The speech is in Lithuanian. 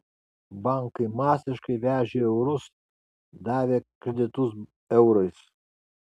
bankai masiškai vežė eurus davė kreditus eurais